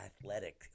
athletic